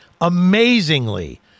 amazingly